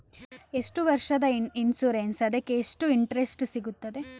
ಎಷ್ಟು ವರ್ಷದ ಇನ್ಸೂರೆನ್ಸ್ ಅದಕ್ಕೆ ಎಷ್ಟು ಇಂಟ್ರೆಸ್ಟ್ ಸಿಗುತ್ತದೆ?